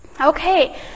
okay